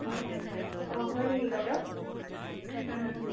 অঁ হয় নেকি বাইদেউ